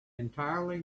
entirely